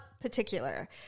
particular